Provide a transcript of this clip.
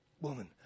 Woman